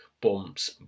bumps